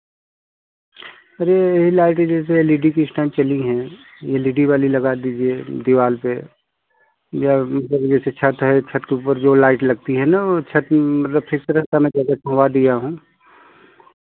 अरे लाइटें जैसे एल ई डी की इस टाइम चली हैं एल ई डी वाली लगा दीजिए दीवार पर या मतलब जैसे छत है छत के ऊपर जो लाइट लगती है ना वह छत मतलब छुड़वा दिया हूँ